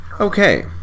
Okay